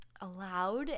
allowed